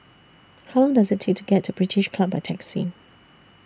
How Long Does IT Take to get to British Club By Taxi